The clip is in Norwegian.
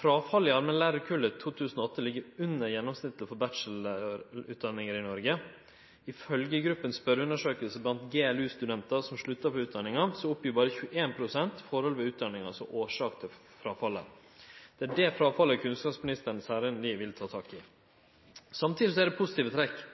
Fråfallet i allmennlærarkullet 2008 ligg under gjennomsnittet for bachelorutdanningar i Noreg. I følgjegruppa si spørjeundersøking blant GLU-studentar som slutta på utdanninga, gjev berre 21 pst. opp forhold ved utdanninga som årsak til fråfallet. Det er det fråfallet kunnskapsministeren særleg vil ta tak i. Samtidig er det positive trekk.